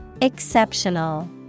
Exceptional